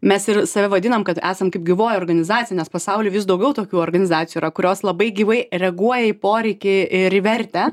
mes ir save vadinam kad esam kaip gyvoji organizacija nes pasauly vis daugiau tokių organizacijų yra kurios labai gyvai reaguoja į poreikį ir į vertę